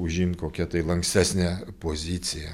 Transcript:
užimt kokią tai lankstesnę poziciją